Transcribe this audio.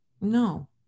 No